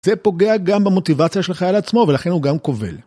זה פוגע גם במוטיבציה של החייל עצמו ולכן הוא גם קובל.